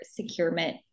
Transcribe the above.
securement